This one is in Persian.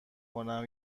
کنم